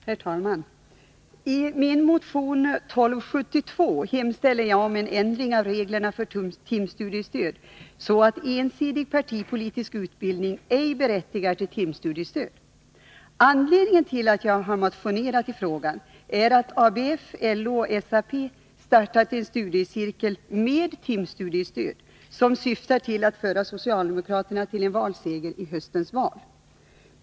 Herr talman! I min motion 1272 hemställer jag om en ändring av reglerna för timstudiestöd så att ensidig partipolitisk utbildning ej berättigar till timstudiestöd. Anledningen till att jag motionerat i frågan är att ABF, LO och SAP har startat en studiecirkel med timstudiestöd, en cirkel som syftar till att föra socialdemokraterna till en seger i höstens val.